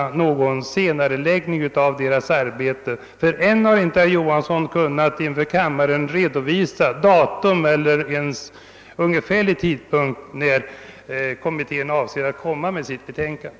Ännu har nämligen inte herr Johansson inför kammaren kunnat redovisa datum eller ens en ungefärlig tidpunkt när kommittén avser att lägga fram sitt betänkande.